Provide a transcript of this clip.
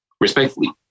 Respectfully